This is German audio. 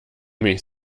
mich